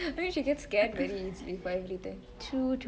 maybe she gets scared very easily by everything